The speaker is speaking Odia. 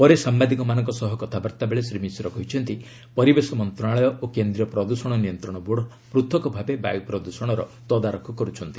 ପରେ ସାମ୍ବାଦିକମାନଙ୍କ ସହ କଥାବାର୍ତ୍ତାବେଳେ ଶ୍ରୀ ମିଶ୍ର କହିଛନ୍ତି ପରିବେଶ ମନ୍ତ୍ରଣାଳୟ ଓ କେନ୍ଦ୍ରୀୟ ପ୍ରଦୃଷଣ ନିୟନ୍ତ୍ରଣ ବୋର୍ଡ଼ ପୂଥକ୍ ଭାବେ ବାୟୁ ପ୍ରଦ୍ୟଷଣର ତଦାରଖ କରୁଛନ୍ତି